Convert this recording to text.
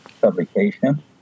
publication